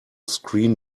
screen